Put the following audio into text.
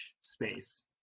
space